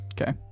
Okay